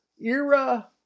era